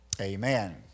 amen